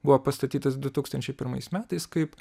buvo pastatytas du tūkstančiai pirmais metais kaip